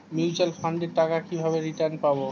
Mutual ফান্ডের টাকা কিভাবে রিটার্ন পাব?